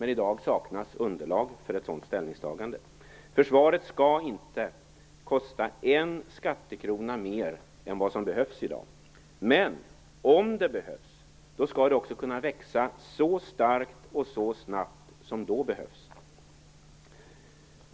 I dag saknas dock underlag för ett sådant ställningstagande. Försvaret skall inte kosta en skattekrona mer än vad som behövs i dag. Men om det behövs skall det också kunna växa så starkt och så snabbt som då behövs.